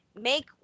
make